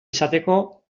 izateko